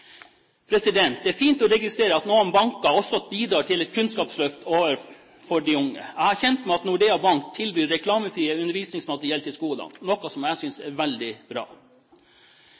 Det er fint å registrere at noen banker også bidrar til et kunnskapsløft overfor de unge. Jeg er kjent med at Nordea bank tilbyr reklamefritt undervisningsmateriell til skolene, noe som jeg synes er veldig bra.